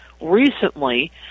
recently